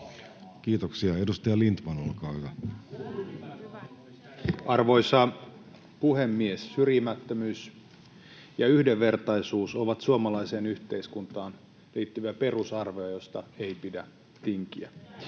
Kiitoksia. — Edustaja Lindtman, olkaa hyvä. Arvoisa puhemies! Syrjimättömyys ja yhdenvertaisuus ovat suomalaiseen yhteiskuntaan liittyviä perusarvoja, joista ei pidä tinkiä.